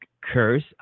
curse